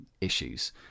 issues